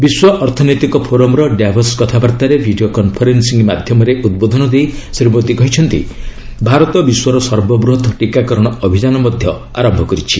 ବିଶ୍ୱ ଅର୍ଥନୈତିକ ଫୋରମ୍ର ଡ୍ୟାଭସ୍ କଥାବାର୍ତ୍ତାରେ ଭିଡ଼ିଓ କନ୍ଫରେନ୍ସିଂ ମାଧ୍ୟମରେ ଉଦ୍ବୋଧନ ଦେଇ ଶ୍ରୀ ମୋଦୀ କହିଛନ୍ତି ଭାରତ ବିଶ୍ୱର ସର୍ବବୃହତ୍ ଟିକାକରଣ ଅଭିଯାନ ମଧ୍ୟ ଆରମ୍ଭ କରିଛି